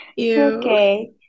Okay